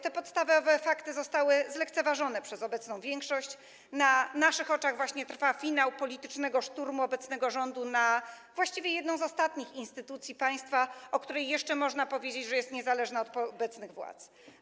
Te podstawowe fakty zostały zlekceważone przez obecną większość, na naszych oczach trwa, rozgrywa się właśnie finał politycznego szturmu obecnego rządu na właściwie jedną z ostatnich instytucji państwa, o której jeszcze można powiedzieć, że jest niezależna od obecnych władz.